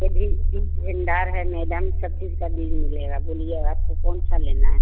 ये बीज बीज भंडार है मेडम सब चीज का बीज मिलेगा बोलिए आपको कौन सा लेना है